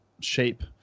shape